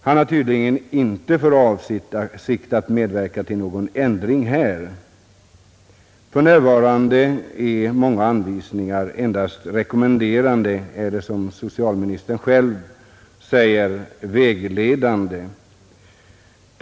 Han har tydligen inte för avsikt att medverka till någon ändring här. För närvarande är många anvisningar endast rekommenderande eller, som socialministern själv säger, vägledande.